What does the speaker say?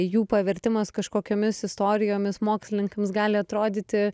jų pavertimas kažkokiomis istorijomis mokslininkams gali atrodyti